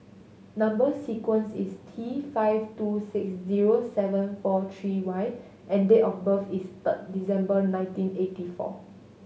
number sequence is T five two six zero seven four three Y and date of birth is third December nineteen eighty four